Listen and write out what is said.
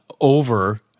over